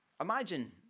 Imagine